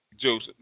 Joseph